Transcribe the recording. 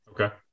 Okay